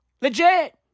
Legit